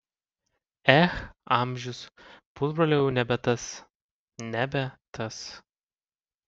ech amžius pusbrolio jau nebe tas nebe tas